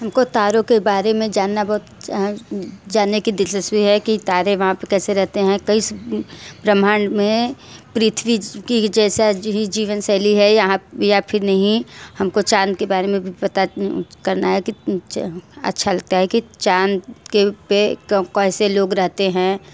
हमको तारों के बारे में जानना बहुत जानने की दिलचस्पी है कि तारे वहाँ पर कैसे रहते हैं कई स ब्रह्मांड में पृथ्वी की ही जैसा आज ही जीवनशैली है यहाँ या फिर नहीं हमको चाँद के बारे में भी पता करना है कि अच्छा लगता है कि चाँद के पर क कैसे लोग रहते हैं